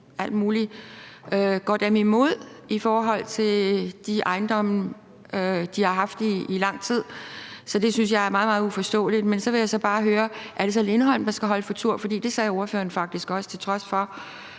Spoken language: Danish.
går dem imod i forhold til de ejendomme, de har haft liggende der i lang tid. Så det synes jeg er meget, meget uforståeligt. Men så vil jeg bare høre: Er det så Lindholm, der skal holde for? For det sagde ordføreren faktisk også, til trods for